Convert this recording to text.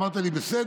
אמרת לי בסדר.